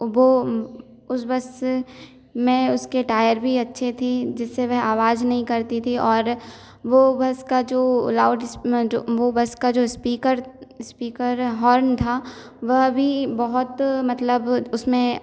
वो उस बस में उसके टायर भी अच्छे थी जिससे वह आवाज़ नहीं करती थी और वो बस का जो लाऊड स जो वो बस का जो स्पीकर स्पीकर हॉर्न था वह भी बहुत मतलब उसमें